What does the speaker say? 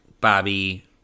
Bobby